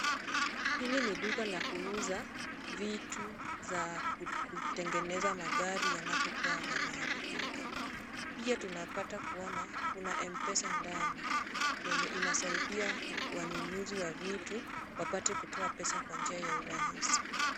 Hili ni duka la kuuza vitu za kutengeneza magari yanapokuwa yameharibika. Pia tunapata kuona kuna mpesa ndani yenye inasaidia wanunuzi wa vitu, wapate kutoa pesa kwa njia ya urahisi.